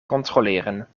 controleren